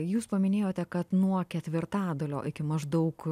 jūs paminėjote kad nuo ketvirtadalio iki maždaug